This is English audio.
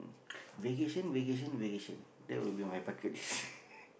vacation vacation vacation that would be on my bucket list